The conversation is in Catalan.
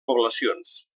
poblacions